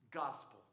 gospel